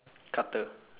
cutter